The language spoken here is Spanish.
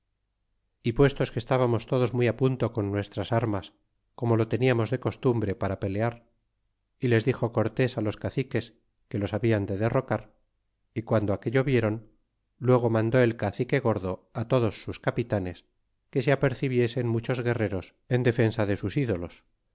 y puestos que estábamos todos muy punto con nuestras armas como lo teníamos de costumbre para pelear y les dixo cortés los caciques que los hablan de derrocar y guando aquello viéron luego mandó el cacique gordo otros sus capitanes que se apercibiesen muchos guerreros en defensa de sus ídolos